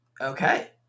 okay